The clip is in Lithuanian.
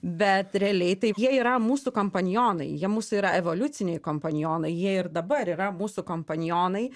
bet realiai tai jie yra mūsų kompanionai jie mūsų yra evoliuciniai kompanionai jie ir dabar yra mūsų kompanionai